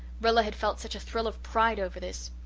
rilla had felt such a thrill of pride over this.